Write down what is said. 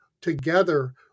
together